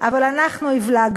אבל אנחנו הבלגנו.